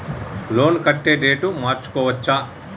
Loan కట్టే date మార్చుకోవచ్చా?